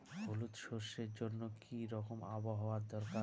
হলুদ সরষে জন্য কি রকম আবহাওয়ার দরকার?